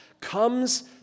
comes